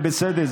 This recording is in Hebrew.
זה בסדר,